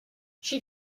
she